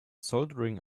soldering